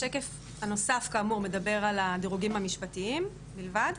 השקף הנוסף מדבר על הדירוגים המשפטיים בלבד,